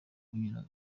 kunyura